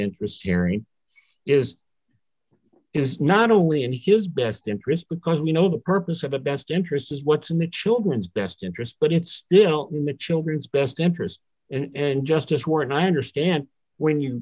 interest hearing is is not only in his best interest because you know the purpose of the best interest is what's in the children's best interest but it's still in the children's best interest and justice warren i understand when you